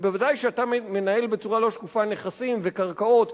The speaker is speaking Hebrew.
ובוודאי כשאתה מנהל בצורה לא שקופה נכסים וקרקעות,